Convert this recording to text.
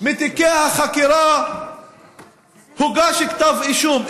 מתיקי החקירה הוגש כתב אישום,